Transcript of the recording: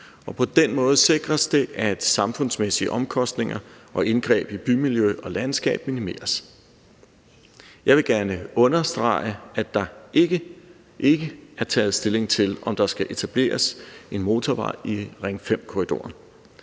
På den måde sikres det, at samfundsmæssige omkostninger og indgreb i bymiljø og landskab minimeres. Jeg vil gerne understrege, at der ikke er taget stilling til, om der skal etableres en motorvej i Ring 5-korridoren.